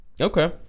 Okay